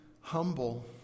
humble